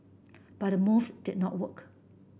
but the move did not work